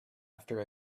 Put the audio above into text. after